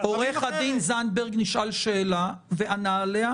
עו"ד זנדברג נשאל שאלה וענה עליה.